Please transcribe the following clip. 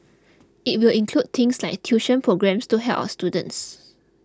it will include things like tuition programmes to help our students